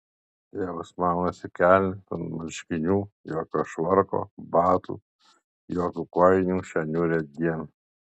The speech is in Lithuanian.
tėvas maunasi kelnes ant marškinių jokio švarko batų jokių kojinių šią niūrią dieną